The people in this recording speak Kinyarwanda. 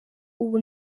ubu